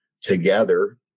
together